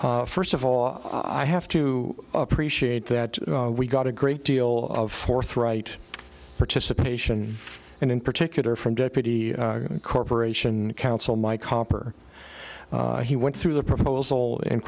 it first of all i have to appreciate that we got a great deal of forthright participation and in particular from deputy corporation counsel my copper he went through the proposal in